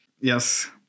Yes